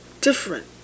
different